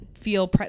feel